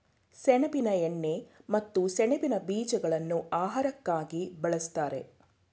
ಸೆಣಬಿನ ಎಣ್ಣೆ ಮತ್ತು ಸೆಣಬಿನ ಬೀಜಗಳನ್ನು ಆಹಾರಕ್ಕಾಗಿ ಬಳ್ಸತ್ತರೆ